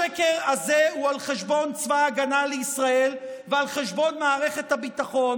השקר הזה הוא על חשבון צבא ההגנה לישראל ועל חשבון מערכת הביטחון,